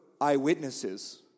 eyewitnesses